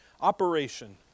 operation